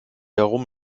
herum